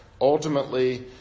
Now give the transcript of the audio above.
Ultimately